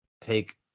take